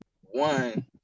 one